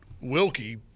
Wilkie